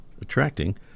attracting